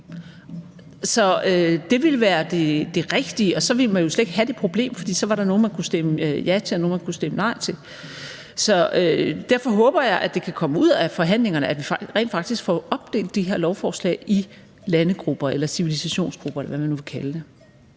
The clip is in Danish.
Så det ville være det rigtige. Og så ville man jo slet ikke have det problem, for så var der nogle, man kunne stemme ja til, og nogle, man kunne stemme nej til. Derfor håber jeg, at der kan komme det ud af forhandlingerne, at vi rent faktisk får opdelt de her lovforslag i landegrupper eller civilisationsgrupper, eller hvad man nu vil kalde det.